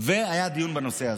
והיה דיון בנושא הזה.